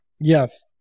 Yes